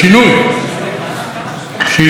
שהתחילה את תנועות המרכז,